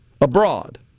abroad